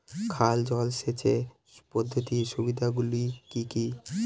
খাল জলসেচ পদ্ধতির সুবিধাগুলি কি কি?